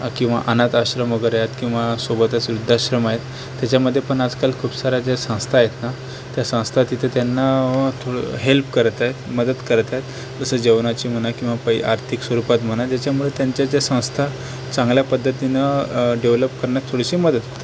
किंवा अनाथआश्रम वगैरे आहेत किंवा सोबतच वृद्धाश्रम आहेत त्याच्यामध्ये पण आजकाल खूप साऱ्या ज्या संस्था आहेत ना त्या संस्था तिथे त्यांना थोडं हेल्प करत आहेत मदत करत आहेत जसं जेवणाची म्हणा किंवा पै आर्थिक स्वरूपात म्हणा ज्याच्यामुळे त्यांच्या ज्या संस्था चांगल्या पद्धतीनं डेव्हलप करण्यात थोडीशी मदत